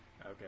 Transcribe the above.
okay